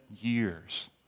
years